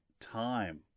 time